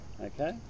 okay